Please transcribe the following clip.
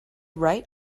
right